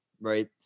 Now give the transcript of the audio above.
right